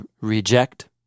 reject